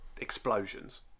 explosions